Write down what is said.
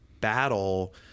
battle